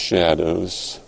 shadows